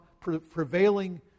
prevailing